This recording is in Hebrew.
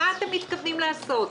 מה אתם מתכוונים לעשות?